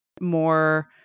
more